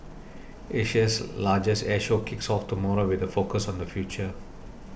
Asia's largest air show kicks off tomorrow with a focus on the future